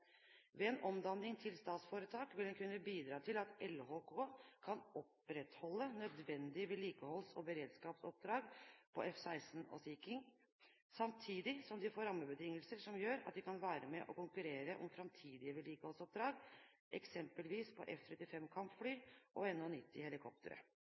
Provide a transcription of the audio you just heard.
Ved en omdanning til statsforetak vil en kunne bidra til at LHK kan opprettholde nødvendige vedlikeholds- og beredskapsoppdrag på F-16 og Sea King, samtidig som de får rammebetingelser som gjør at de kan være med og konkurrere om framtidige vedlikeholdsoppdrag, eksempelvis på F-35 kampfly og NH-90 helikoptre.